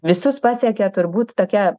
visus pasiekė turbūt tokia